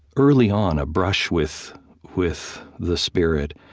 early on, a brush with with the spirit.